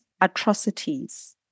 atrocities